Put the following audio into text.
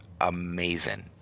amazing